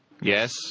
Yes